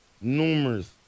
numerous